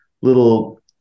little